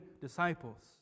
disciples